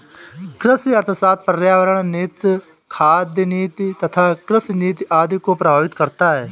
कृषि अर्थशास्त्र पर्यावरण नीति, खाद्य नीति तथा कृषि नीति आदि को प्रभावित करता है